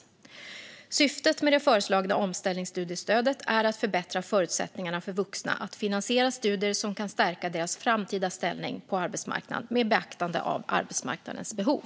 Syftet med det föreslagna omställningsstudiestödet är att förbättra förutsättningarna för vuxna att finansiera studier som kan stärka deras framtida ställning på arbetsmarknaden med beaktande av arbetsmarknadens behov.